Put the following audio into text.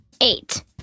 Eight